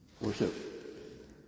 Worship